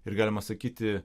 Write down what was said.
ir galima sakyti